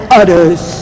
others